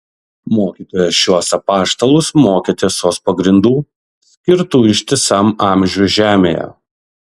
mokytojas šiuos apaštalus mokė tiesos pagrindų skirtų ištisam amžiui žemėje